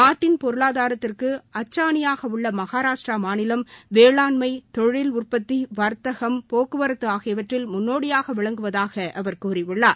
நாட்டின் பொருளாதாரத்துக்கு அச்சாணியாக உள்ள மகாராஷ்டிரா மாநிலம் வேளாண்மை தொழில் உற்பத்தி வர்த்தகம் போக்குவரத்து ஆகியவற்றில் முன்னோடியாக விளங்குவதாக அவர் கூறியுள்ளார்